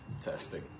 testing